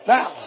Now